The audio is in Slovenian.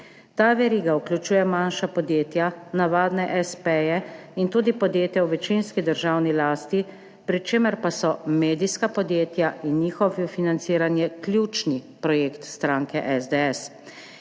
Ta veriga vključuje manjša podjetja, navadne espeje in tudi podjetja v večinski državni lasti, pri čemer pa so medijska podjetja in njihovo financiranje ključni projekt stranke SDS.